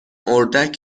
اردک